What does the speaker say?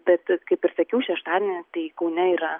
bet kaip ir sakiau šeštadienį tai kaune yra